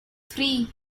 three